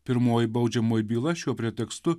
pirmoji baudžiamoji byla šiuo pretekstu